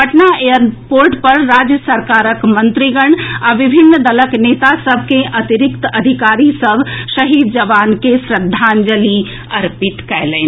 Patna airport पर राज्य सरकारक मंत्रीगण आ विभिन्न दलक नेता सभ के अतिरिक्त अधिकारी सभ शहीद जवान के श्रद्धांजलि अर्पित कयलनि